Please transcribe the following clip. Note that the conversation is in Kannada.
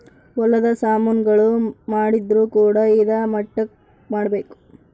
ಹೊಲದ ಸಾಮನ್ ಗಳು ಮಾಡಿದ್ರು ಕೂಡ ಇದಾ ಮಟ್ಟಕ್ ಮಾಡ್ಬೇಕು